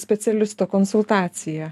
specialisto konsultaciją